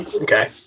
Okay